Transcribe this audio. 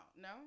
No